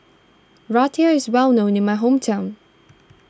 Raita is well known in my hometown